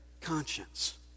conscience